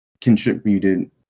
contributed